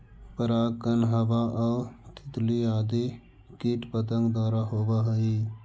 परागण हवा आउ तितली आदि कीट पतंग द्वारा होवऽ हइ